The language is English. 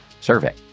survey